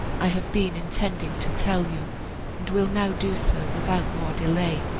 i have been intending to tell you, and will now do so, without more delay,